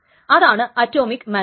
ഇതാണ് atomic manor